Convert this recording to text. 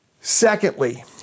Secondly